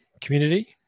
community